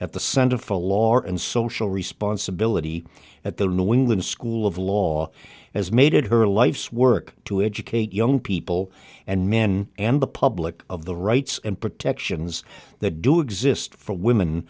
at the center for law and social responsibility at the new england school of law has made it her life's work to educate young people and men and the public of the rights and protections that do exist for women